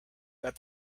that